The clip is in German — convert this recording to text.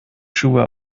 schuhe